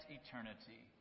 eternity